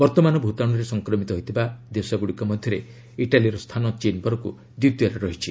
ବର୍ତ୍ତମାନ ଭୂତାଣୁରେ ସଂକ୍ରମିତ ହୋଇଥିବା ଦେଶଗୁଡ଼ିକ ମଧ୍ୟରେ ଇଟାଲୀର ସ୍ଥାନ ଚୀନ୍ ପରକ୍ ଦ୍ୱିତୀୟରେ ରହିଛି